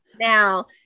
Now